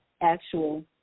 actual